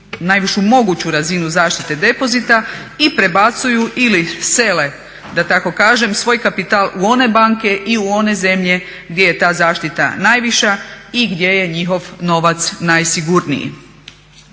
najvišu moguću razinu zaštite depozita i prebacuju ili sele da tako kažem svoj kapital u one banke i u one zemlje gdje je ta zaštita najviša i gdje je njihov novac najsigurniji.